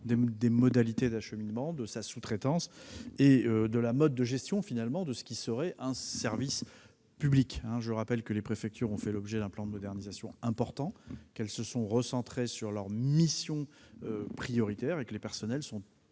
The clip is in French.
des modalités d'acheminement, de la sous-traitance et du mode de gestion de ce service public. Je rappelle en outre que les préfectures ont fait l'objet d'un plan de modernisation important, qu'elles se sont recentrées sur leurs missions prioritaires et que les personnels sont